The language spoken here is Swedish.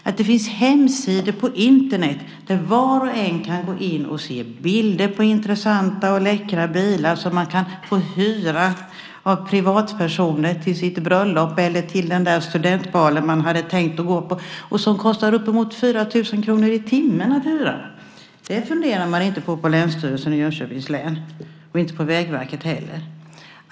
Att det finns hemsidor på Internet där var och en kan se bilder på intressanta och läckra bilar som man kan få hyra av privatpersoner till sitt bröllop eller till den där studentbalen man hade tänkt gå på och som kostar uppemot 4 000 kr i timmen att hyra funderar inte Länsstyrelsen i Jönköpings län på och inte Vägverket heller.